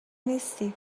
نیستی